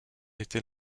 était